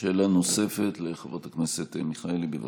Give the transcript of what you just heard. שאלה נוספת לחברת הכנסת מיכאלי, בבקשה.